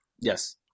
Yes